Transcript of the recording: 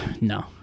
No